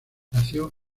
nació